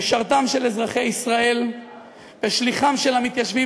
משרתם של אזרחי ישראל ושליחם של המתיישבים,